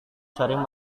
sering